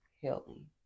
healing